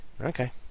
Okay